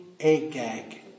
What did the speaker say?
Agag